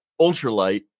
ultralight